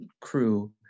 crew